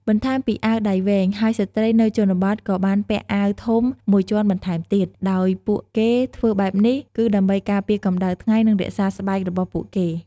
បន្ថែមពីអាដៃវែងហើយស្រ្តីនៅជនបទក៏បានពាក់អាវធំមួយជាន់បន្ថែមទៀត ដោយពួកគេធ្វើបែបនេះគឺដើម្បីការពារកម្ដៅថ្ងៃនិងរក្សាស្បែករបស់ពួកគេ។